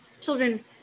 children